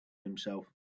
himself